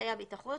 ואמצעי הבטיחות